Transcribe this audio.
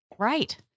Right